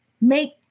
make